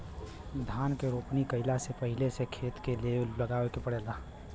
धान के रोपनी कइला से पहिले खेत के लेव लगावे के पड़ेला